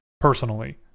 personally